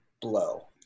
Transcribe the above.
blow